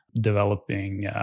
developing